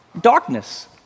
Darkness